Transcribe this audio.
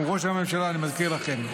הוא ראש הממשלה, אני מזכיר לכם.